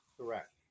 Correct